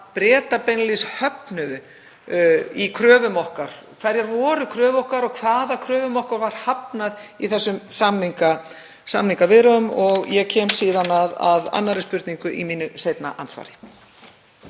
Bretar beinlínis í kröfum okkar? Hverjar voru kröfur okkar og hvaða kröfum okkar var hafnað í þessum samningaviðræðum? Ég kem síðan að annarri spurningu í mínu seinna andsvari.